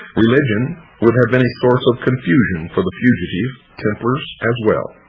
religion would have been a source of confusion for the fugitive templars as well.